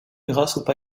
grâce